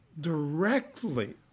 directly